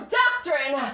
doctrine